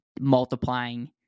multiplying